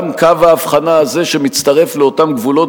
גם קו האבחנה הזה שמצטרף לאותם גבולות